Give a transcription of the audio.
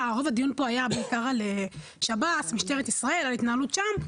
רוב הדיון כאן היה בעיקר על שב"ס ועל משטרת ישראל ועל ההתנהלות שם,